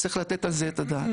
צריך לתת על זה את הדעת.